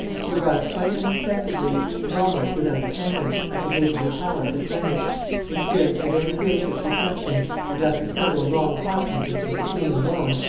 he arrived quite unexpectedly, and almost without attendants, at the gate of her palace at greenwich experienced a very gracious reception and after several long conferences with the queen alone,